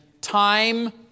time